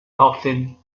dauphin